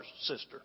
sister